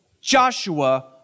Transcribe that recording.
Joshua